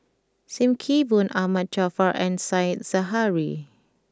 Sim Kee Boon Ahmad Jaafar and Said Zahari